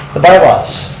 the bylaws.